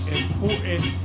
important